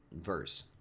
Verse